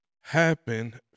happen